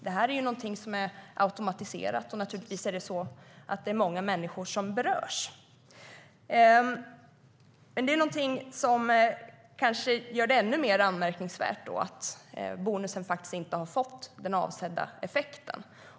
Det här är någonting som är automatiserat, och det är många människor som berörs. Men det gör det ännu mer anmärkningsvärt att bonusen inte har fått den avsedda effekten.